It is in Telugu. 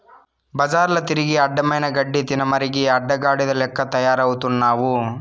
బజార్ల తిరిగి అడ్డమైన గడ్డి తినమరిగి అడ్డగాడిద లెక్క తయారవుతున్నావు